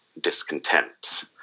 discontent